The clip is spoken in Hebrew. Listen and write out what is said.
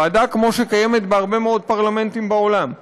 ועדה שקיימת בהרבה מאוד פרלמנטים בעולם.